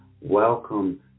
Welcome